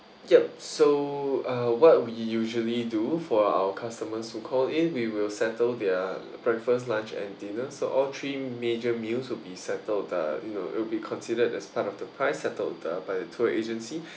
yup so uh what we usually do for our customers who call in we will settle their breakfast lunch and dinner so all three major meals will be settled uh you know it'll be considered as part of the price settled by uh the tour agency